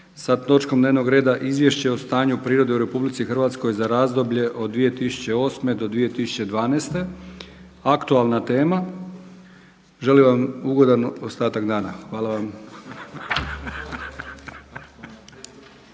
sa točkom dnevnog reda Izvješće o stanju u prirodi u RH za razdoblje od 2008. do 2012. aktualna tema. Želim vam ugodan ostatak dana. Hvala vam.